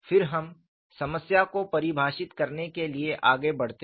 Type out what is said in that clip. फिर हम समस्या को परिभाषित करने के लिए आगे बढ़ते हैं